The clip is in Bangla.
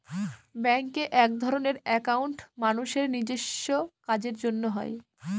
ব্যাঙ্কে একধরনের একাউন্ট মানুষের নিজেস্ব কাজের জন্য হয়